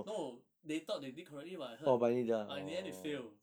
no they thought they did correctly [what] I heard ah in the end they fail